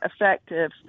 effective